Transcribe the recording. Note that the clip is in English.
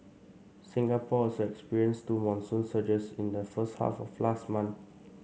Singapore also experienced two monsoon surges in the first half of last month